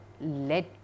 led